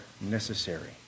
necessary